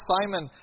Simon